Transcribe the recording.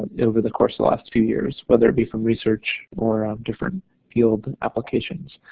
over the course the last few years whether it be from research or different field applications.